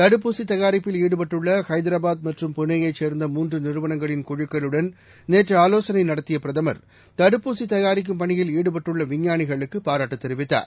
தடுப்பூசி தயாரிப்பில் ஈடுபட்டுள்ள ஹைதராபாத் மற்றும் புனேயைச் சேர்ந்த மூன்று நிறுவனங்களின் குழுக்களுடன் நேற்று ஆவோசனை நடத்திய பிரதமர் தடுப்பூசி தயாரிக்கும் பணியில் ஈடுபட்டுள்ள விஞ்ஞானிகளுக்கு பாராட்டு தெரிவித்தார்